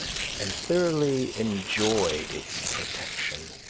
and thoroughly enjoyed its protection.